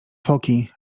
foki